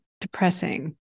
depressing